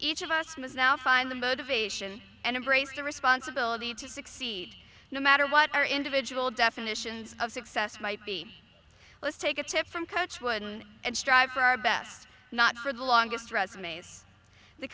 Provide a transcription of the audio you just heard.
each of us must now find the motivation and embrace the responsibility to succeed no matter what our individual definitions of success might be let's take a tip from coach wooden and strive for our best not for the longest resumes the